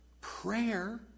prayer